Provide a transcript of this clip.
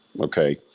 okay